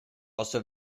also